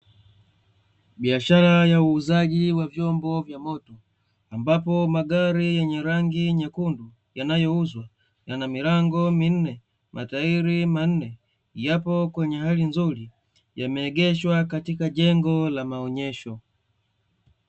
Biashara ya uuzaji wa vyombo vya moto ambapo magari yenye rangi nyekundu yanayouzwa yana milango minne, matairi manne yapo kwenye hali nzuri yameegeshwa katika jengo la maonyesho.